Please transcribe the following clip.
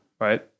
right